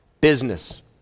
business